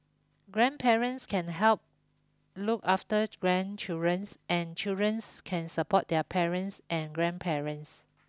grandparents can help look after grandchildrens and childrens can support their parents and grandparents